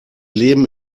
leben